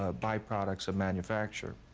ah byproducts of manufacture.